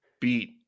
beat